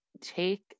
take